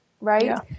right